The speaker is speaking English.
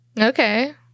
Okay